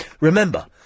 Remember